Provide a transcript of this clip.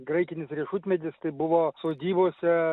graikinis riešutmedis tai buvo sodybose